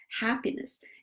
happiness